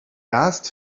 asked